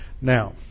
Now